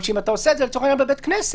על ה' עד ו' וכן הלאה וכן הלאה.